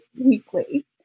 weekly